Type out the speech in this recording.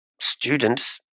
Students